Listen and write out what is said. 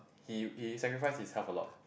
he he sacrifice his health a lot